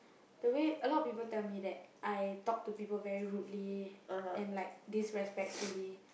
the way a lot of people tell me that I talk to people rudely and like disrespectfully